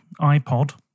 iPod